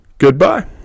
Goodbye